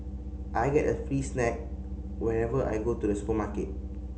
I get a free snack whenever I go to the supermarket